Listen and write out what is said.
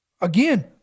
again